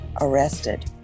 arrested